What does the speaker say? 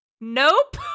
Nope